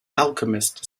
alchemist